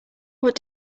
what